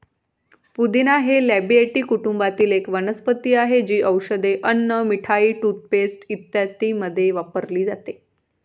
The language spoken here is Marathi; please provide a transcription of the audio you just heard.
पुदिना हे लॅबिएटी कुटुंबातील एक वनस्पती आहे, जी औषधे, अन्न, मिठाई, टूथपेस्ट इत्यादींमध्ये वापरली जाते